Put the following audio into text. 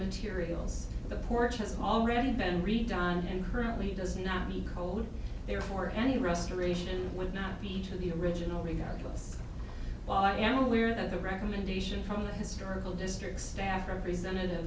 materials the porch has already been redone and currently does not need cold air for any restoration would not be to the original review articles while i am aware that the recommendation from the historical district staff representative